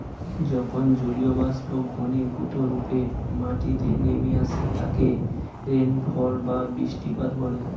যখন জলীয়বাষ্প ঘনীভূতরূপে মাটিতে নেমে আসে তাকে রেনফল বা বৃষ্টিপাত বলে